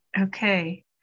Okay